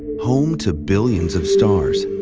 home to billions of stars,